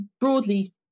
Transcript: broadly